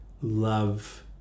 love